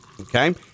okay